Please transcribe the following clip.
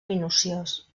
minuciós